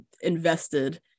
invested